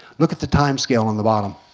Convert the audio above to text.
look at the time scale on the bottom.